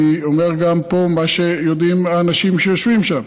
אני אומר גם פה מה שיודעים האנשים שיושבים שם,